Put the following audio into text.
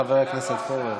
חבר הכנסת פורר.